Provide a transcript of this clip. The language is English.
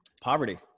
Poverty